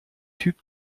typ